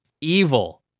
evil